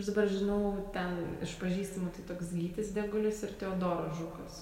susipažinau ten iš pažįstamų tai toks gytis degulis ir teodoras žukas